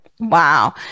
Wow